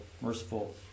merciful